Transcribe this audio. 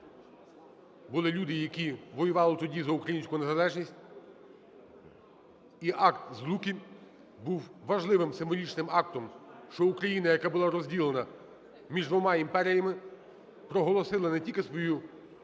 були люди, які воювали тоді за українську незалежність, і Акт Злуки був важливим символічним актом, що Україна, яка була розділена між двома імперіями, проголосила не тільки свою